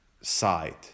side